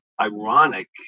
ironic